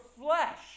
flesh